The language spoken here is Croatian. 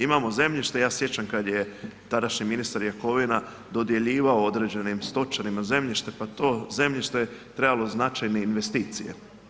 Imamo zemljište, ja se sjećam kad je tadašnji ministar Jakovina dodjeljivao određenim stočarima zemljište, pa to zemljište je trebalo značajne investicije.